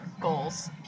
goals